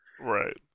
Right